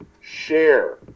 share